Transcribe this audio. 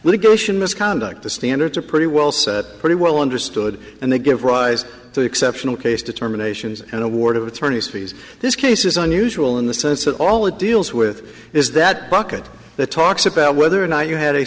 litigation misconduct the standards are pretty well set pretty well understood and they give rise to the exceptional case determinations and award of attorney's fees this case is unusual in the sense that all it deals with is that bucket that talks about whether or not you had a